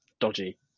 dodgy